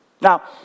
now